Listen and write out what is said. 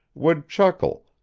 would chuckle,